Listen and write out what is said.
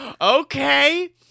okay